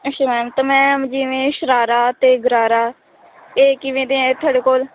ਅੱਛਾ ਮੈਮ 'ਤੇ ਮੈਮ ਜਿਵੇਂ ਸ਼ਰਾਰਾ ਅਤੇ ਗਰਾਰਾ ਇਹ ਕਿਵੇਂ ਦੇ ਹੈ ਤੁਹਾਡੇ ਕੋਲ